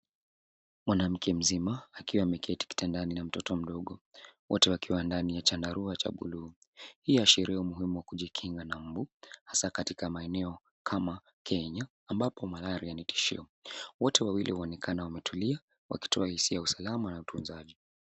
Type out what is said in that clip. Mwanamke mzima, akiwa ameketi kitandani na mtoto mdogo, wote wakiwa ndani ya chandarua cha blue . Hii huashiria umuhimu wa kujikinga na mbu katika maeneo kama Kenya, ambapo Malaria ni tishio. Wote wawili wanaonekana wametulia, wakitoa hisia ya usalama na utunzaji.